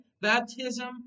Baptism